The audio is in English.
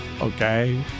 Okay